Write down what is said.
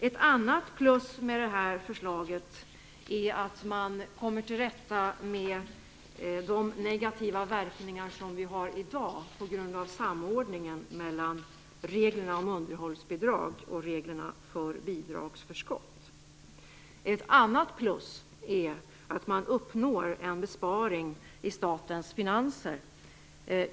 Ett annat plus med förslaget är att man kommer till rätta med de negativa verkningar vi har i dag av samordningen mellan reglerna om underhållsbidrag och reglerna för bidragsförskott. Ett annat plus är att man uppnår en besparing i statens finanser.